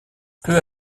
peu